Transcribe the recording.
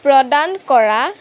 প্ৰদান কৰা